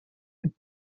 это